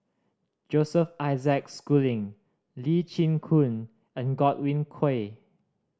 Joseph Isaac Schooling Lee Chin Koon and Godwin Koay